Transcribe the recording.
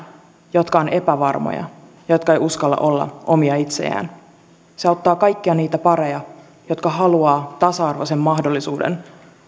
jotka ovat epävarmoja ja jotka eivät uskalla olla omia itsejään se auttaa kaikkia niitä pareja jotka haluavat tasa arvoisen mahdollisuuden